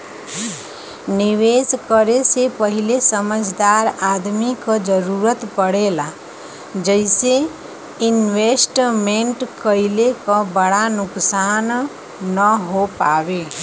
निवेश करे से पहिले समझदार आदमी क जरुरत पड़ेला जइसे इन्वेस्टमेंट कइले क बड़ा नुकसान न हो पावे